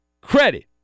credit